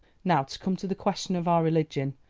now to come to the question of our religion.